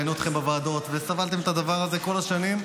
ראינו אתכם בוועדות, וסבלתם את הדבר הזה כל השנים.